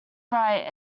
bright